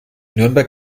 nürnberg